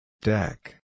Deck